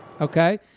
Okay